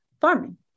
farming